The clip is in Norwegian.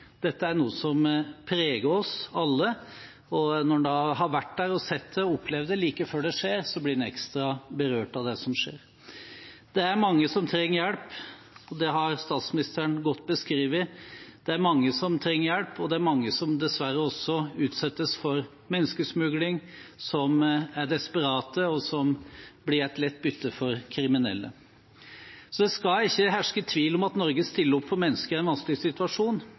Dette er noe som preger oss alle, og når man har vært der og sett det og opplevd det like før det skjer, blir man ekstra berørt av det som skjer. Det er mange som trenger hjelp, det har statsministeren beskrevet godt. Det er mange som trenger hjelp, og det er mange som dessverre også utsettes for menneskesmugling, som er desperate, og som blir et lett bytte for kriminelle. Det skal ikke herske tvil om at Norge stiller opp for mennesker i en vanskelig situasjon,